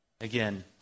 Again